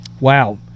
Wow